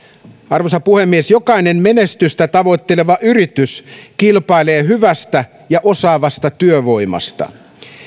arvoisa puhemies jokainen menestystä tavoitteleva yritys kilpailee hyvästä ja osaavasta työvoimasta